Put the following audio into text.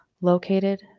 located